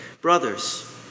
Brothers